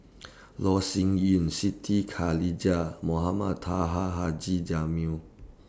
Loh Sin Yun Siti Khalijah Mohamed Taha Haji Jamil